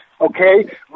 Okay